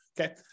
Okay